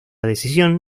decisión